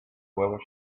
whether